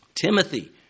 Timothy